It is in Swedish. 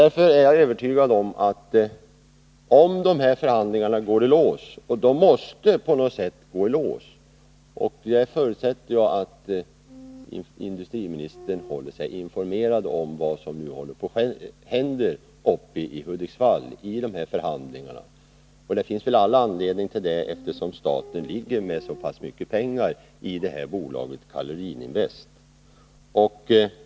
De här förhandlingarna måste på något sätt gå i lås, och jag förutsätter att industriministern håller sig informerad om vad som nu håller på att hända vid förhandlingarna uppe i Hudiksvall. Det finns väl all anledning till detta, eftersom staten har satsat så mycket pengar på Karolin Invest AB.